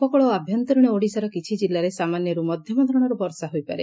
ଉପକକଳ ଓ ଆଭ୍ୟନ୍ତରୀଶ ଓଡ଼ିଶାର କିଛି କିଲ୍ଲାରେ ସାମାନ୍ୟରୁ ମଧ୍ଧମ ଧରଣର ବର୍ଷା ହୋଇପାରେ